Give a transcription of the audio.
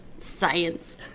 science